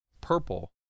purple